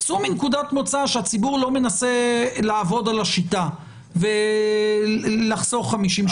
צאו מנקודת מוצא שהציבור לא מנסה לעבוד על השיטה ולחסוך 50 שקלים.